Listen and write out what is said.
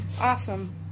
Awesome